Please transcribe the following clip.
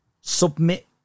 submit